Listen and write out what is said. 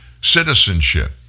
citizenship